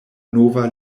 nova